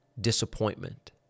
disappointment